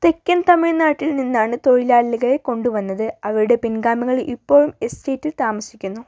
തെക്കൻ തമിഴ്നാട്ടിൽ നിന്നാണ് തൊഴിലാളികളെ കൊണ്ടുവന്നത് അവരുടെ പിൻഗാമികൾ ഇപ്പോഴും എസ്റ്റേറ്റിൽ താമസിക്കുന്നു